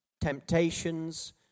Temptations